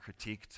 critiqued